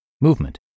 movement